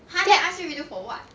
!huh! then ask you redo for what